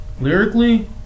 lyrically